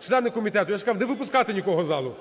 члени комітету? Я ж казав не випускати нікого з залу!